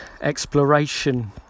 exploration